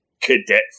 Cadet